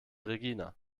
regina